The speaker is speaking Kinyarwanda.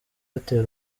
airtel